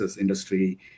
industry